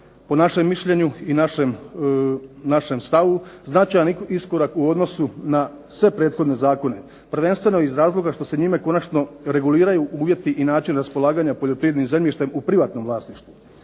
po našem mišljenju i našem stavu značajan iskorak u odnosu na sve prethodne zakone, prvenstveno iz razloga što se njime konačno reguliraju uvjeti i način raspolaganja poljoprivrednim zemljištem u privatnom vlasništvu,